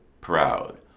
proud